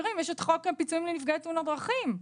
יש את חוק פיצויים לנפגעי תאונות דרכים.